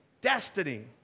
destiny